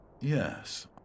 Yes